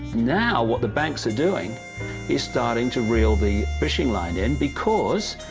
now what the banks are doing is starting to reel the fishing line in, because,